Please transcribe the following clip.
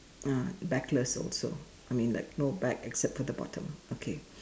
ah backless also I mean like no back except for the bottom okay